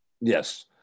Yes